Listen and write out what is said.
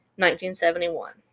1971